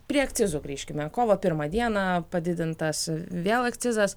prie akcizų grįžkime kovo pirmą dieną padidintas vėl akcizas